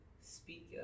speak